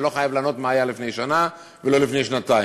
ולא חייב לענות מה היה לפני שנה ולא לפני שנתיים.